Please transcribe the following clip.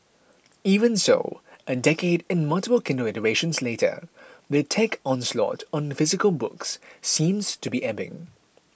even so a decade and multiple Kindle iterations later the tech onslaught on physical books seems to be ebbing